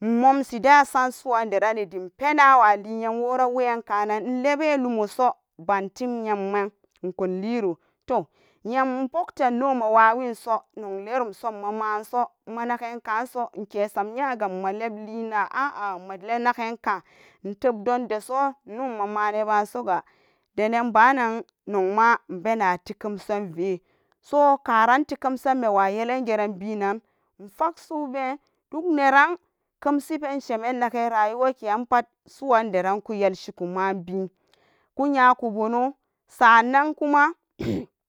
mumsi dasan suran deran dem penan awalen nam woraran weyan kanan lebe lomo su banten yaman nok kan lero toh nyer pukte nnuma wayeso nokleremso maman so managen kaso inke sam nyega maleblena a a madenagan ka nok tep don pe so numama ni bansoga denanbanan nok ma nmbe kekemsen ve soka van te kemsen ma yelen geran benan infak so be dok neran keshi pen shemenge arayuwakepat suwan deran do yelshiku ma ben kuruya ko buno san nan kuma hmm.